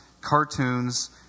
cartoons